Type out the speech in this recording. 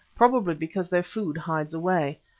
probably because their food hides away.